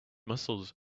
muscles